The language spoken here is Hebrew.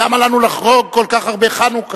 למה לנו לחגוג כל כך הרבה חנוכה?